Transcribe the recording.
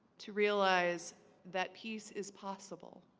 to realize that peace is possible